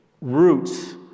roots